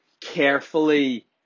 carefully